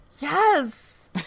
Yes